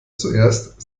zuerst